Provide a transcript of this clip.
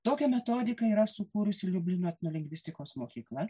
tokią metodiką yra sukūrusi liublino etnolingvistikos mokykla